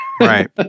right